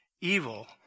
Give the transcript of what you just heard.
evil